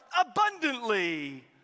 abundantly